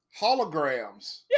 holograms